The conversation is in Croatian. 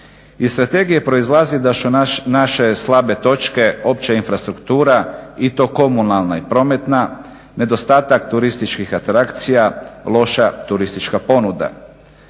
Iz strategije proizlazi da su naše slabe točke opća infrastruktura i to komunalna i prometna, nedostatak turističkih atrakcija, loša turistička ponuda.